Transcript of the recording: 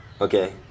Okay